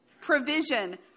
Provision